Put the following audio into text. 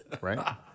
right